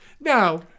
Now